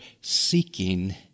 seeking